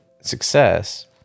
success